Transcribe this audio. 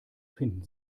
finden